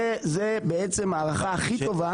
זה בעצם ההערכה הכי טובה.